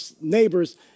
neighbors